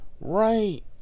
Right